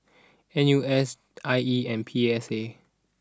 N U S I E and P S A